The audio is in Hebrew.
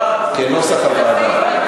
תסתכלו במסך.